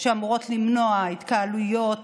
שאמורות למנוע התקהלויות